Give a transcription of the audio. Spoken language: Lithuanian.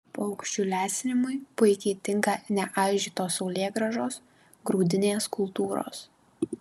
paukščių lesinimui puikiai tinka neaižytos saulėgrąžos grūdinės kultūros